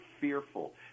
fearful